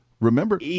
remember